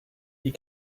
you